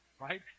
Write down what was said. right